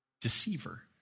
deceiver